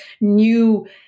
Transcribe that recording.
new